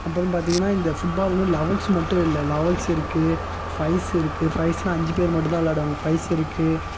அப்படின்னு பார்த்தீங்கன்னா இந்த ஃபுட்பால்லை லவெல்ஸ் மட்டும் இல்லை லவெல்ஸ் இருக்குது ஃபைஸ் இருக்குது ஃபைஸ்னா அஞ்சு பெரு மட்டுந்தான் விளாடுவாங்க ஃபைஸ் இருக்குது